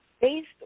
based